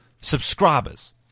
subscribers